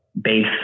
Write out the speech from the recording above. base